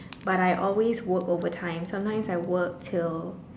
but I always work overtime sometimes I work till